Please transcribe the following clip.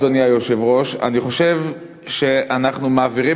אדוני היושב-ראש: אני חושב שאנחנו מעבירים